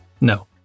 No